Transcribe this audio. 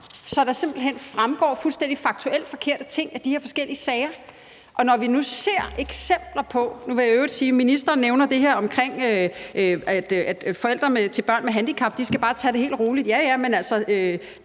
fuldstændig faktuelt forkerte ting af de her forskellige sager? Nu vil jeg i øvrigt sige, at ministeren nævner det her om, at forældre til børn med handicap bare skal tage det helt roligt.